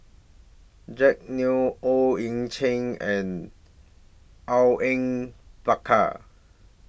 Jack Neo Owyang Chi and Awang Bakar